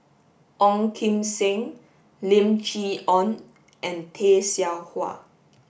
Ong Kim Seng Lim Chee Onn and Tay Seow Huah